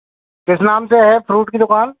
किस नाम से है फ्रूट की दुकान